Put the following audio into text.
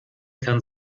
kann